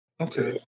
Okay